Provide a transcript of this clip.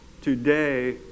today